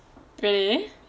really